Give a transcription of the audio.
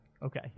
Okay